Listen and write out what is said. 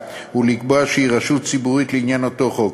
ולקבוע שהיא רשות ציבורית לעניין אותו חוק,